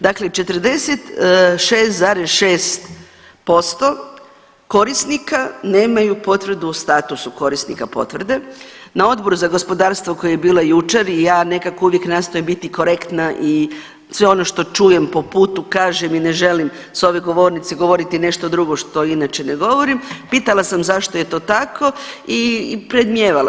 Dakle, 46,6% korisnika nemaju potvrdu o statusu korisnika potvrde, na Odboru za gospodarstvo koje je bilo jučer i ja nekako uvijek nastojim biti korektna i sve ono što čujem po putu kažem i ne želim s ove govornice govoriti nešto drugo što inače ne govorim, pitala sam zašto je to tako i predmnijevala.